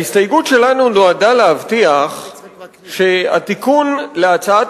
ההסתייגות שלנו נועדה להבטיח שהתיקון הזה להצעת